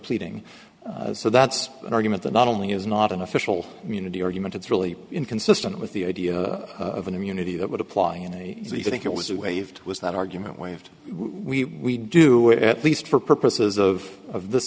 pleading so that's an argument that not only is not an official community or human it's really inconsistent with the idea of an immunity that would apply and he think it was waived was that argument waived we do it at least for purposes of this